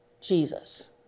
Jesus